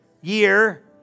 year